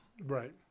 Right